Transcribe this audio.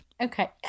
Okay